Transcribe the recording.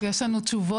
פשוט יש לנו תשובות.